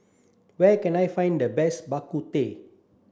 where can I find the best Bak Kut Teh